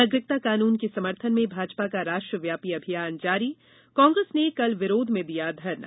नागरिकता कानून के समर्थन में भाजपा का राष्ट्रव्यापी अभियान जारी कांग्रेस ने कल विरोध में दिया धरना